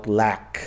lack